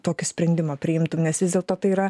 tokį sprendimą priimtum nes vis dėlto tai yra